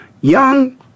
young